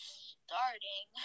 starting